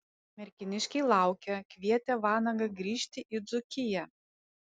merkiniškiai laukia kvietė vanagą grįžti į dzūkiją